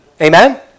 Amen